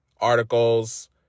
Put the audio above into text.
articles